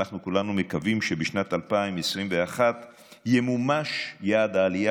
אנחנו כולנו מקווים שבשנת 2021 ימומש יעד העלייה,